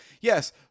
Yes